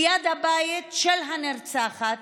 ליד הבית של הנרצחת,